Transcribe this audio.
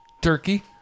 turkey